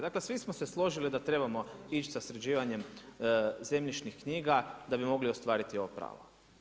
Dakle svi smo se složili da trebamo ići sa sređivanjem zemljišnih knjiga da bi mogli ostvariti ova prava.